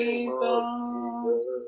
Jesus